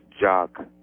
jock